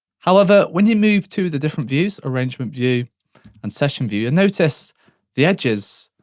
however, when you move to the different views, arrangement view and session view, and notice the edges